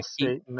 state